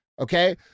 Okay